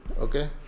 okay